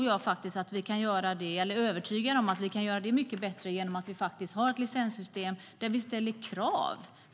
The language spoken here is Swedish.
Jag är övertygad om att vi kan göra det på ett bättre sätt genom ett licenssystem där vi ställer krav.